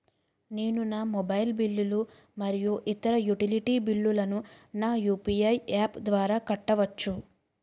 నేను నా మొబైల్ బిల్లులు మరియు ఇతర యుటిలిటీ బిల్లులను నా యు.పి.ఐ యాప్ ద్వారా కట్టవచ్చు